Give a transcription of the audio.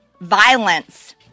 violence